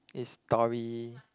it's Tori